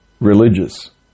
religious